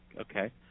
Okay